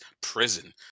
prison